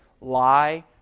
lie